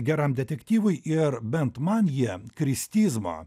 geram detektyvui ir bent man jie kristizmo